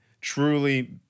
Truly